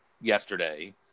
yesterday